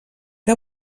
que